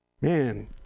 Man